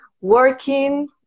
working